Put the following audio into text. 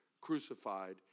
crucified